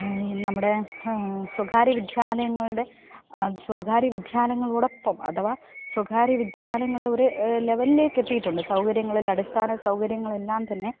നമ്മുടെ സ്വകാര്യ വിദ്യാലയങ്ങളുടെ സ്വകാര്യ വിദ്യാലയങ്ങളോടൊപ്പം അഥവാ സ്വകാര്യ വിദ്യാലയങ്ങളുടെ ഒരു ലെവലിലേക്ക് എത്തിയിട്ടുണ്ട് സൗകര്യങ്ങളിൽ അടിസ്ഥാന സൗകര്യങ്ങളെല്ലാം തന്നെ